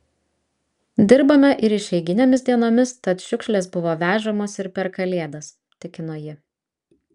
dirbame ir išeiginėmis dienomis tad šiukšlės buvo vežamos ir per kalėdas tikino ji